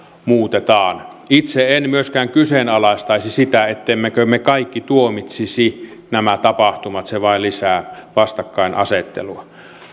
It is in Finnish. muutetaan itse en myöskään kyseenalaistaisi sitä ettemmekö me me kaikki tuomitsisi nämä tapahtumat se vain lisää vastakkainasettelua